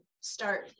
start